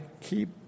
keep